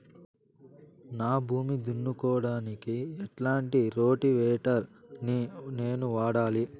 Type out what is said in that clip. నా భూమి దున్నుకోవడానికి ఎట్లాంటి రోటివేటర్ ని నేను వాడాలి?